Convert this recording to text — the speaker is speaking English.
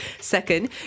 second